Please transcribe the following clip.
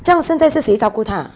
这样现在是谁照顾她